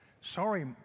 Sorry